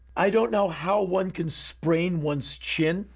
i don't know how one can sprain one's chin.